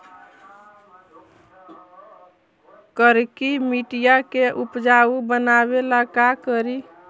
करिकी मिट्टियां के उपजाऊ बनावे ला का करी?